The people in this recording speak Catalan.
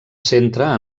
centra